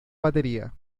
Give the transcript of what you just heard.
batería